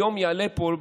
היום יעלה פה,